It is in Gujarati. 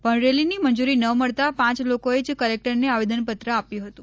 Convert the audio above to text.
પણ રેલીની મંજુરી ન મળતાં પાંચ લોકોએ જ કલેક્ટરને આવેદનપત્ર આપ્યું હતું